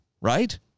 right